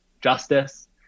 justice